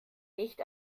nicht